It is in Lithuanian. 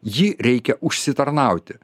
jį reikia užsitarnauti